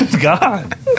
God